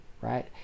right